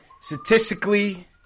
Statistically